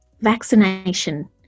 Vaccination